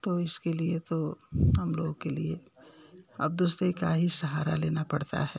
तो इसके लिए तो हम लोगों के लिए अब दूसरे का ही सहारा लेना पड़ता है